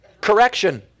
Correction